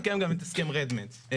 נקיים גם את הסכם Red L.B-Med.